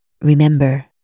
Remember